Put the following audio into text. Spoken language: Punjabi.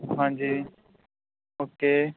ਹਾਂਜੀ ਓਕੇ